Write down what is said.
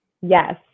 Yes